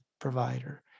provider